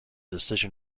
decision